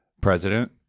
President